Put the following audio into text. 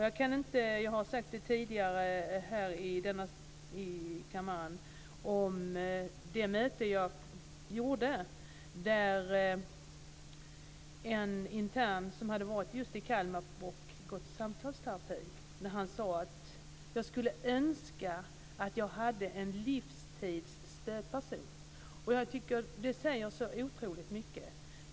Jag har tidigare här i kammaren nämnt mitt möte med en intern som varit just i Kalmar och gått i samtalsterapi. Han sade: Jag skulle önska att jag hade en livstidsstödperson. Jag tycker att det säger så otroligt mycket.